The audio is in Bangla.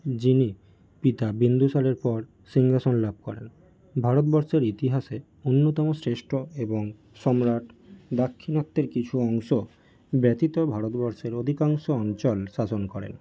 যিনি পিতা বিন্দুসারের পর সিংহাসন লাভ করেন ভারতবর্ষের ইতিহাসে অন্যতম শ্রেষ্ঠ এবং সম্রাট দাক্ষিণাত্যের কিছু অংশ ব্যতীত ভারতবর্ষের অধিকাংশ অঞ্চল শাসন করেন